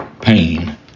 pain